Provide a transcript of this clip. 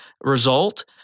result